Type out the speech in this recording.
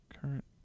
Current